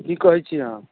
की कहै छियै अहाँ